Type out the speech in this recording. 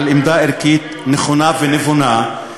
על עמדה ערכית נכונה ונבונה.